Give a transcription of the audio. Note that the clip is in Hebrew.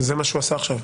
זה מה שהוא עשה עכשיו,